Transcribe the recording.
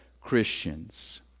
Christians